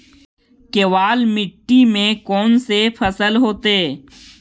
केवल मिट्टी में कौन से फसल होतै?